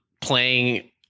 playing